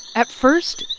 at first,